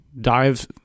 dive—